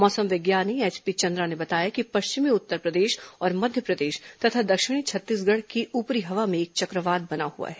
मौसम विज्ञानी एचपी चंद्रा ने बताया कि पश्चिमी उत्तरप्रदेश और मध्यप्रदेश तथा दक्षिणी छत्तीसगढ़ की ऊपरी हवा में एक चक्रवात बना हुआ है